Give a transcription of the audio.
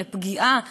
לפגיעה בקרובים,